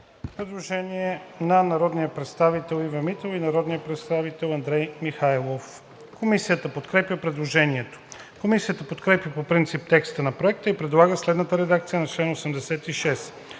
предложение от народните представители Ива Митева и Андрей Михайлов. Комисията подкрепя предложението. Комисията подкрепя по принцип текста на Проекта и предлага следната редакция на чл. 87: